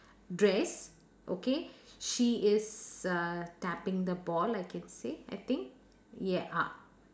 dress okay she is uh tapping the ball I can say I think ye~ uh